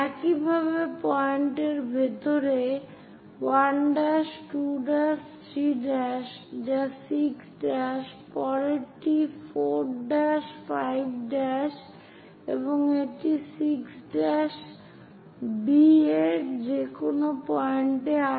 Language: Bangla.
একইভাবে পয়েন্টের ভিতরে 1 ' 2' 3' যা 6' পরেরটি 4 ' 5' এবং এটি 6' B এর যে কোন পয়েন্ট আছে